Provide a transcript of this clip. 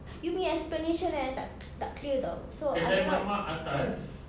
you punya explanation eh tak tak clear [tau] so I cannot think